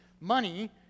money